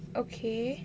okay